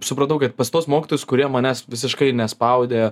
supratau kad pas tuos mokytojus kurie manęs visiškai nespaudė